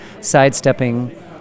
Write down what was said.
sidestepping